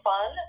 Fun